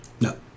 no